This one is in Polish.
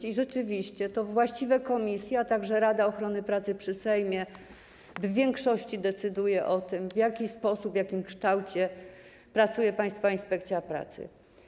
I rzeczywiście to właściwe komisje, a także Rada Ochrony Pracy przy Sejmie w większości decydują o tym, w jaki sposób i w jakim kształcie pracuje Państwowa Inspekcja Pracy.